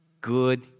good